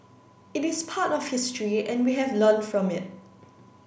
it is part of history and we have learned from it